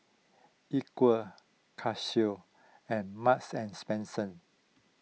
Equal Casio and Marks and Spencer